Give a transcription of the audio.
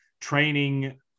training